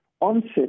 onset